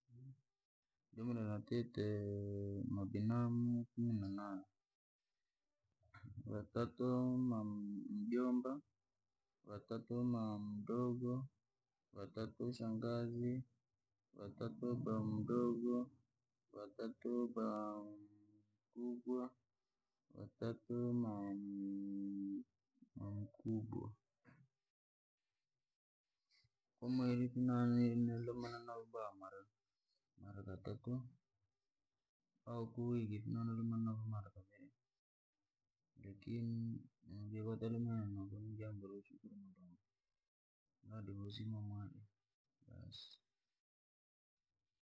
Nini natite mabinamu kumi na nane, vatatu mjomba, vatatu mamdogo, vatatu shangazi, vatatu bamdogo, vatatu bamkubwa, vatatu mamkubwa. Kwamweri filume novo da maratatu au kwa wiki filume novo nojiyo konlumine novo niijambo loshukuru mulungu.